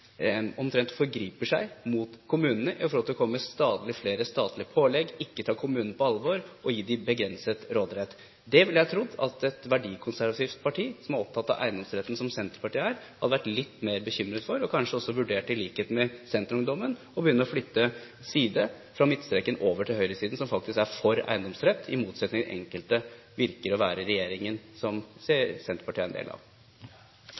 omtrent forgriper seg mot kommunene, ved stadig å komme med flere statlige pålegg, ved ikke å ta kommunene på alvor og ved å gi dem begrenset råderett. Jeg ville ha trodd at et verdikonservativt parti som Senterpartiet, som er opptatt av eiendomsretten, ville ha vært litt mer bekymret over det, og at de kanskje også ville vurdere, i likhet med Senterungdommen, å bytte side, fra midtstreken over til høyresiden, som faktisk er for eiendomsrett, i motsetning til det enkelte virker å være i regjeringen, som Senterpartiet er en del av.